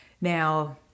Now